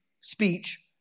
speech